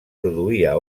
produïa